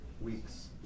week's